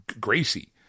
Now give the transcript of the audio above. Gracie